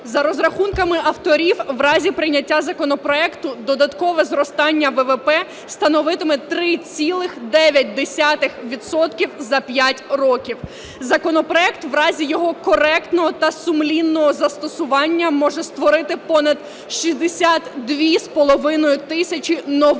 За розрахунками авторів, в разі прийняття законопроекту додаткове зростання ВВП становитиме 3,9 відсотка за 5 років. Законопроект в разі його коректного та сумлінного застосування може створити понад 62,5 тисячі нових